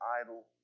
idle